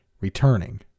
returning